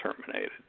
terminated